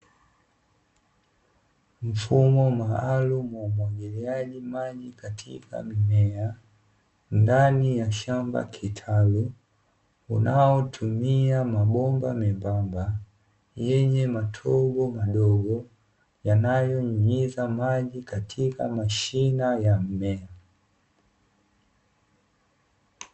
Mfumo maalumu wa umwagiliaji maji katika mimea, ndani ya shamba kitalu unaotumia mabomba membamba yenye matobo madogo yanayonyunyiza maji katika mashina na mimea.